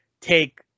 take